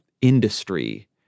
industry